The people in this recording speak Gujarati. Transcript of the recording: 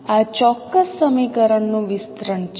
તેથી આ ચોક્કસ સમીકરણનું વિસ્તરણ છે